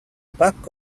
back